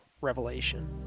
revelation